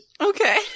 Okay